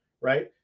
right